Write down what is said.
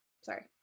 sorry